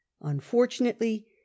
Unfortunately